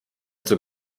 mehr